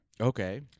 Okay